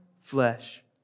flesh